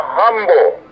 humble